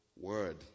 word